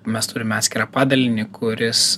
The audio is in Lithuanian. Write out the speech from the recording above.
mes turime atskirą padalinį kuris